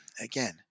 again